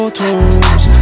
Tools